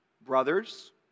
brothers